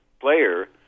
player